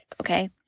Okay